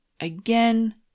Again